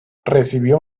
recibió